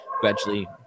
gradually